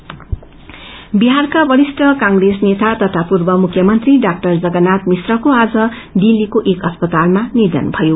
demise बिहारका वरिष्ठ कांग्रेस नेता तथा पूर्व मुख्यमंत्री डाक्टर जगन्नाथ मिश्राको आज दिल्लीको एक अस्पातालामा निषन भयो